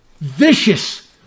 vicious